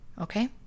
Okay